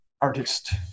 artist